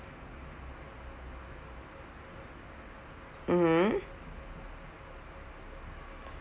mmhmm